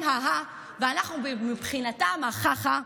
הם ה-ה- ואנחנו מבחינתם חה-חה.